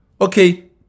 okay